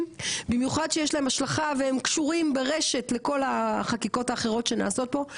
במיוחד שיש להם השלכה והם קשורים ברשת לכל החקיקות האחרות שנעשות פה,